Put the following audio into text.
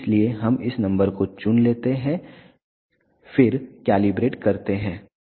इसलिए हम इस नंबर को चुन लेते हैं फिर कैलिब्रेट करते हैं